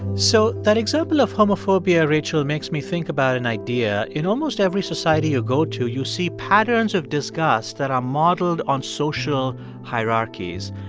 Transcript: so that example of homophobia, rachel, makes me think about an idea. in almost every society you go to, you see patterns of disgust that are modeled on social hierarchies.